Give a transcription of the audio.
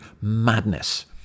madness